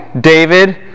David